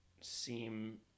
seem